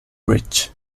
bridge